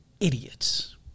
Idiots